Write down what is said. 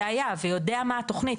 והיה ויודע מה התוכנית.